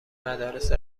مدارس